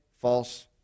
false